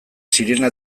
sirena